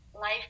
life